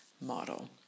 model